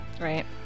Right